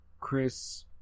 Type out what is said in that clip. chris